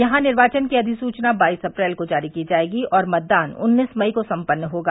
यहां निर्वाचन की अधिसुचना बाईस अप्रैल को जारी की जायेगी और मतदान उन्नीस मई को सम्पन्न होगा